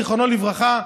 זיכרונו לברכה,